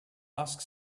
ask